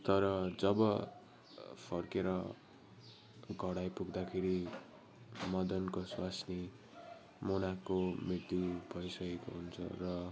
तर जब फर्केर घर आइपुग्दाखेरि मदनको स्वास्नी मुनाको मृत्यु भइसकेको हुन्छ र